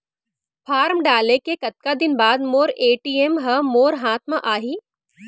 Form डाले के कतका दिन बाद मोर ए.टी.एम ह मोर हाथ म आही?